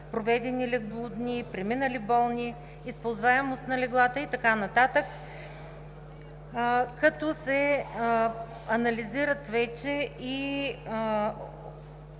проведените леглодни, преминалите болни, използваемостта на леглата и така нататък, като се анализират вече и